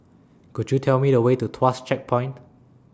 Could YOU Tell Me The Way to Tuas Checkpoint